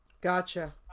Gotcha